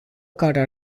care